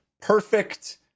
Perfect